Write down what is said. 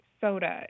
soda